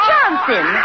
Johnson